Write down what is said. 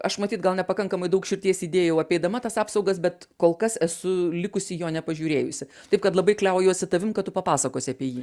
aš matyt gal nepakankamai daug širdies įdėjau apeidama tas apsaugas bet kol kas esu likusi jo nepažiūrėjusi taip kad labai kliaujuosi tavim kad tu papasakosi apie jį